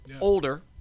older